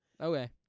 Okay